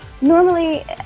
normally